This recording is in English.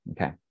okay